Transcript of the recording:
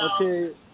okay